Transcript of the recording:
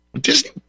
Disney